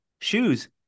shoes